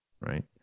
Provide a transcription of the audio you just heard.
right